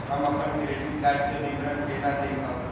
हम अपन credit card के विवरण केना देखब?